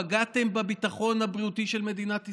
פגעתם בביטחון הבריאותי של מדינת ישראל.